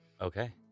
Okay